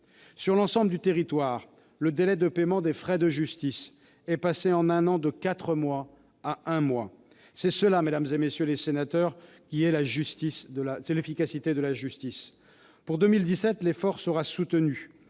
Sur l'ensemble du territoire, le délai de paiement des frais de justice est passé, en un an, de quatre mois à un mois. C'est cela, mesdames, messieurs les sénateurs, l'efficacité de la justice ! Pour 2017, l'effort sera soutenu,